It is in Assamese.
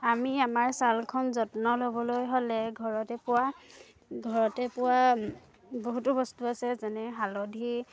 আমি আমাৰ ছালখন যত্ন ল'বলৈ হ'লে ঘৰতে পোৱা ঘৰতে পোৱা বহুতো বস্তু আছে যেনে হালধি